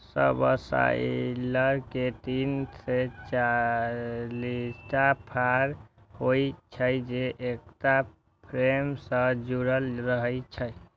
subsoiler मे तीन से चारिटा फाड़ होइ छै, जे एकटा फ्रेम सं जुड़ल रहै छै